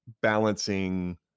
balancing